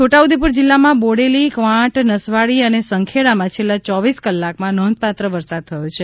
છોટા ઉદેપુર જિલ્લામાં બોડેલી કવાંટ નસવાડી અને સંખેડા માં છેલ્લા ચોવીસ કલાકમાં નોંધપાત્ર વરસાદ થયો છે